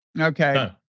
Okay